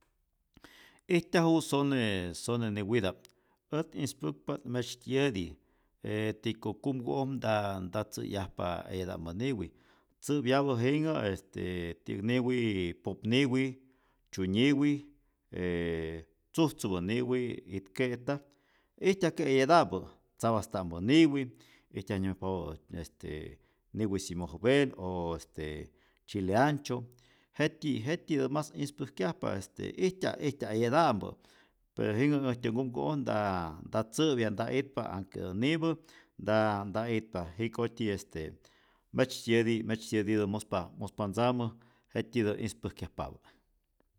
Ijtyaju sone sone niwita'p ät ispäkpa't metzytyiyäti e tiko kumku'oj nta nta tzä'yajpa eyata'mpä niwi, tzä'pyapä jinhä est ti'yäk niwiii popniwi, tzyunyiwi, tzujtzupä niwi, itke'ta, ijtyajke eyata'mpa tzapasta'mä niwi, ijtyaj nyäjmayajpapä este niwi simojovel, o este chile ancho, jet'tyi jet'tyitä mas ispäjkyajpa, este ijtyaj ijtyaj eyata'mpä pero jinhä äjtyä nkumku'oj nta nta tzä'pya, nta itpa anhketä nipä nta nta itpa, jikotyi este myetzytyiyäti myetzytyiyätitä muspa muspa ntzamä jetytyitä ispäjkyajpapä.